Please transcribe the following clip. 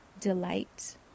delight